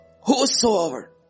Whosoever